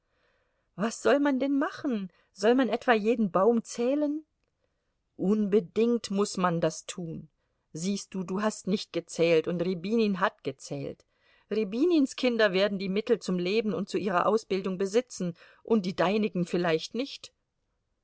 was soll man denn manchen soll man etwa jeden baum zählen unbedingt muß man das tun siehst du du hast nicht gezählt und rjabinin hat gezählt rjabinins kinder werden die mittel zum leben und zu ihrer ausbildung besitzen und die deinigen vielleicht nicht